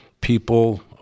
people